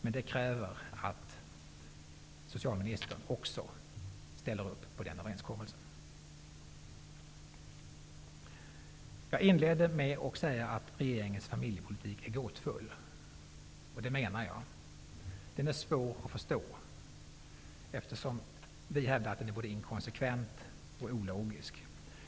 Men det kräver att också socialministern ställer upp på överenskommelsen. Jag inledde med att säga att regeringens familjepolitik är gåtfull, och det menar jag. Den är svår att förstå. Vi hävdar att den är både ikonsekvent och ologisk.